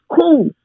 cool